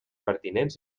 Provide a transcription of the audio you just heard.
pertinents